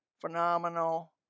phenomenal